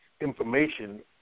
information